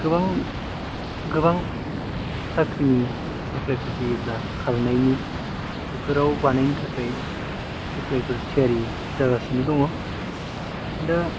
गोबां गोबां साक्रिनि एफ्लायफोर फैयोब्ला खारनायनि बेफोराव बानायनो थाकाय एफ्लायफोर थियारि जागासिनो दङ' दा